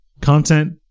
content